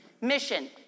mission